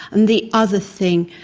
and the other thing,